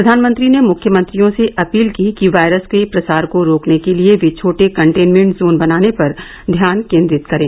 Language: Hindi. प्रधानमंत्री ने मुख्यमंत्रियों से अपील की कि वायरस के प्रसार को रोकने के लिए वे छोटे कंटेनमेंट जोन बनाने पर ध्यान केन्द्रित करें